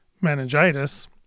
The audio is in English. meningitis